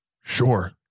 Sure